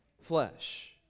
flesh